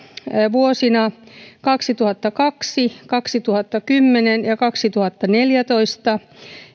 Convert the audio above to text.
vuosina kaksituhattakaksi kaksituhattakymmenen ja kaksituhattaneljätoista